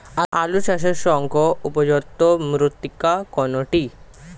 আলু চাষের ক্ষেত্রে উপযুক্ত মৃত্তিকা কোনটি?